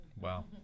Wow